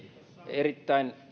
erittäin